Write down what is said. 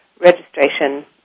registration